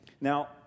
Now